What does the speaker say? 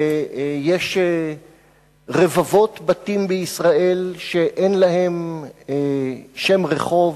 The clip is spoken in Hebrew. ויש רבבות בתים בישראל שאין להם שם רחוב,